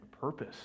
purpose